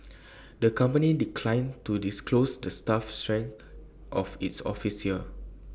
the company declined to disclose the staff strength of its office here